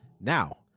Now